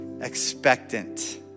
expectant